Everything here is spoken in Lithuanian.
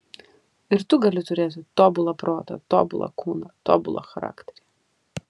ir tu gali turėti tobulą protą tobulą kūną tobulą charakterį